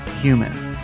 Human